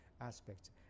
aspects